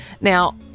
Now